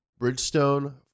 bridgestone